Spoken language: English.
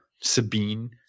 Sabine